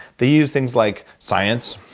they use things like science,